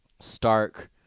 stark